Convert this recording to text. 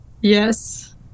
Yes